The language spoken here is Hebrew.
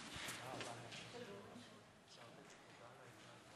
מתכבד לפתוח את ישיבת הכנסת.